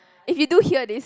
if you do hear this